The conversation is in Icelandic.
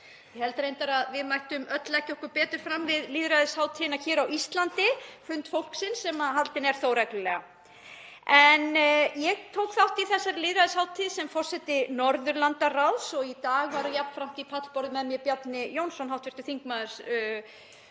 Ég held reyndar að við mættum öll leggja okkur betur fram við lýðræðishátíðina hér á Íslandi, fund fólksins sem þó er haldinn reglulega. Ég tók þátt í þessari lýðræðishátíð sem forseti Norðurlandaráðs og í dag var jafnframt í pallborði með mér Bjarni Jónsson, hv. þingmaður